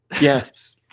yes